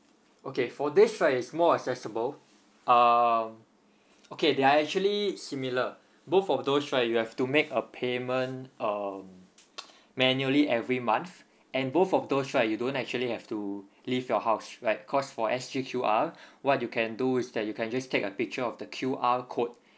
okay for this right it's more accessible uh okay they're actually similar both of those right you have to make a payment um manually every month and both of those right you don't actually have to leave your house right cause for S G Q R what you can do is that you can just take a picture of the Q R code